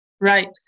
right